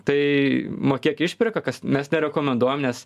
tai mokėk išpirką kas mes nerekomenduojam nes